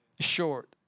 Short